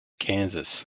kansas